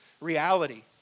Reality